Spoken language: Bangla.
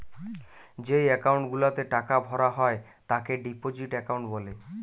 যেই একাউন্ট গুলাতে টাকা ভরা হয় তাকে ডিপোজিট একাউন্ট বলে